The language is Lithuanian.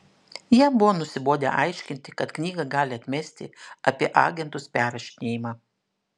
jam buvo nusibodę aiškinti kad knygą gali atmesti apie agentus perrašinėjimą